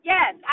Yes